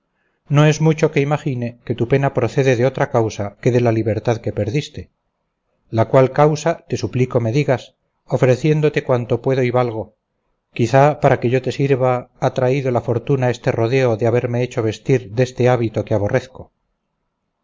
no es mucho que imagine que tu pena procede de otra causa que de la libertad que perdiste la cual causa te suplico me digas ofreciéndote cuanto puedo y valgo quizá para que yo te sirva ha traído la fortuna este rodeo de haberme hecho vestir deste hábito que aborrezco